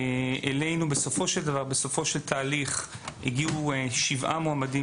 אלינו בסופו של תהליך הגיעו שבעה מועמדים